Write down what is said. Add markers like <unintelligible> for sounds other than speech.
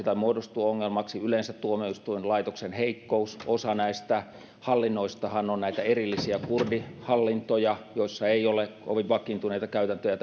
<unintelligible> tai muodostuu ongelmaksi yleensä tuomioistuinlaitoksen heikkous osa näistä hallinnoistahan on erillisiä kurdihallintoja joissa ei ole kovin vakiintuneita käytäntöjä <unintelligible>